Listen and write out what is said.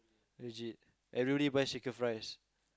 legit everybody buy shaker fries